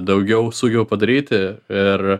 daugiau su juo padaryti ir